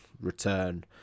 return